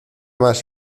más